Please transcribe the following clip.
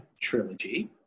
trilogy